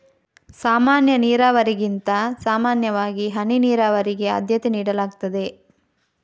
ಸಾಮಾನ್ಯ ನೀರಾವರಿಗಿಂತ ಸಾಮಾನ್ಯವಾಗಿ ಹನಿ ನೀರಾವರಿಗೆ ಆದ್ಯತೆ ನೀಡಲಾಗ್ತದೆ